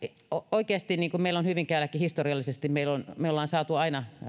oikeasti me olemme hyvinkäälläkin historiallisesti saaneet aina